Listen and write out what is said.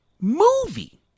movie